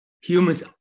humans